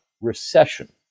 recession